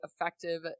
effective